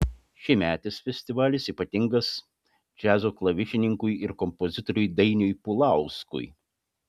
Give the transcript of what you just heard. šiemetis festivalis ypatingas džiazo klavišininkui ir kompozitoriui dainiui pulauskui